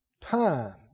Time